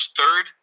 third